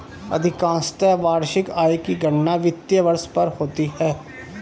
अधिकांशत वार्षिक आय की गणना वित्तीय वर्ष पर होती है